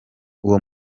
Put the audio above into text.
uwo